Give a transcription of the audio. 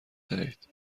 دهید